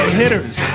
hitters